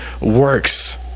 works